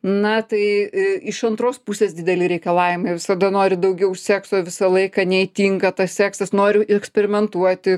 na tai i iš antros pusės dideli reikalavimai visada nori daugiau sekso visą laiką neįtinka tas seksas nori eksperimentuoti